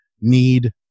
need